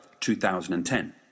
2010